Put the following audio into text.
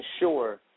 Ensure